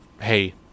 Hey